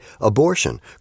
abortion